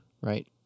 Right